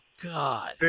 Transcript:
god